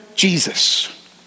Jesus